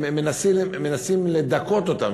מנסים לדכא אותם,